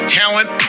talent